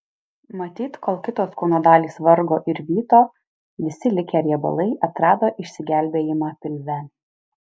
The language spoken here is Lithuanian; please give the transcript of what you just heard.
matyt kol kitos kūno dalys vargo ir vyto visi likę riebalai atrado išsigelbėjimą pilve